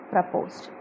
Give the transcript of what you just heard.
proposed